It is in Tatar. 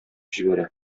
җибәрә